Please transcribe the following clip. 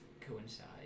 coincide